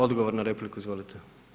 Odgovor na repliku, izvolite.